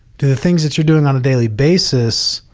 do the things that you're doing on a daily basis